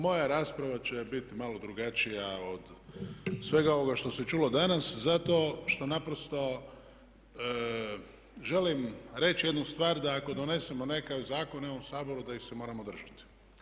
Moja rasprava će biti malo drugačija od svega ovoga što se čulo danas zato što naprosto želim reći jednu stvar da ako donesemo nekakve zakone u ovom Saboru da ih se moramo držati.